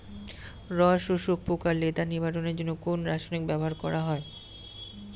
রস শোষক পোকা লেদা নিবারণের জন্য কোন রাসায়নিক ব্যবহার করা হয়?